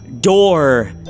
door